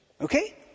Okay